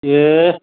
ए